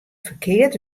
ferkeard